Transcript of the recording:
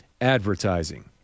advertising